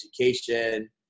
education